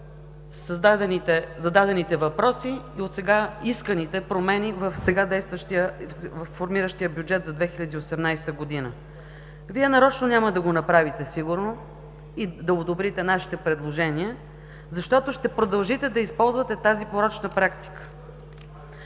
зададените въпроси, и от сега исканите промени във формиращия се бюджет за 2018 г. Вие сигурно нарочно няма да го направите – да одобрите нашите предложения, защото ще продължите да използвате тази порочна практика.